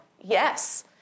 Yes